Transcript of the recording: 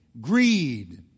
greed